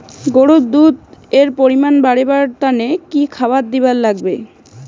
গরুর দুধ এর পরিমাণ বারেবার তানে কি খাবার দিবার লাগবে?